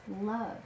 love